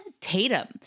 Tatum